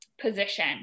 position